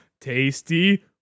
Tasty